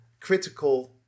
critical